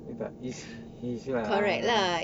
dia tak is his ah